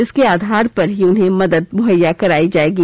इसके आधार पर ही उन्हें मदद मुहैया कराई जाएगी